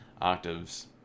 octaves